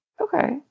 Okay